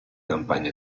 campagna